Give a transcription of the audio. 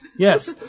yes